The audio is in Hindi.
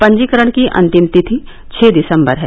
पंजीकरण की अंतिम तिथि छः दिसंबर है